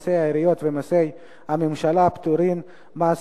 פקודת מסי העירייה ומסי הממשלה (פטורין) (מס'